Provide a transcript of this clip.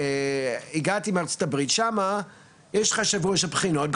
שנה הבאה יהיה לי ראיונות, שבוע ראיונות להתמחות.